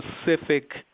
specific